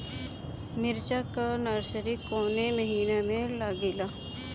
मिरचा का नर्सरी कौने महीना में लागिला?